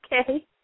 Okay